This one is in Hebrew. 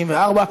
94,